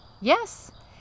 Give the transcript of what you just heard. Yes